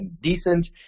decent